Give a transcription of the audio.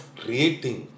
creating